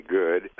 good